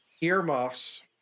earmuffs